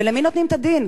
ולמי נותנים את הדין?